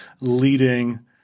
leading